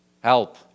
help